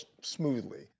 smoothly